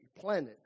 planet